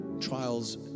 trials